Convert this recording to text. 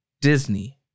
Disney